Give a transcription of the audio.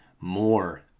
more